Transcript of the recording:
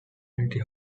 dynasty